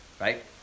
Right